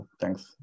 thanks